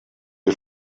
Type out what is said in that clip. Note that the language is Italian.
dei